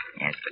Yes